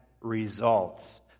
results